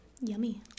Yummy